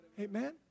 Amen